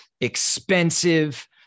expensive